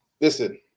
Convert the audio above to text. Listen